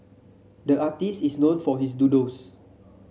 the artist is known for his doodles